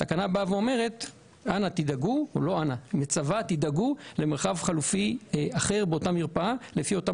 התקנה אומרת תדאגו למרחב חלופי אחר באותה מרפאה לפי אותן